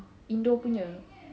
indoor punya